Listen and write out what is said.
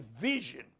vision